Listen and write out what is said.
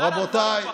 רבותיי,